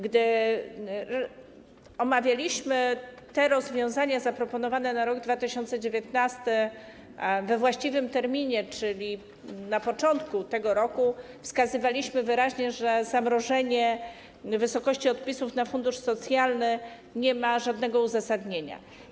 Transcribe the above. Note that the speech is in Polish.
Gdy omawialiśmy te rozwiązania zaproponowane na rok 2019 we właściwym terminie, czyli na początku tego roku, wskazywaliśmy wyraźnie, że zamrożenie wysokości odpisów na fundusz socjalny nie ma żadnego uzasadnienia.